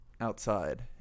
outside